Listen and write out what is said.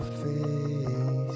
face